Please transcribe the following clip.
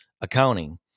Accounting